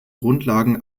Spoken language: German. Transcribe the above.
grundlagen